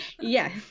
Yes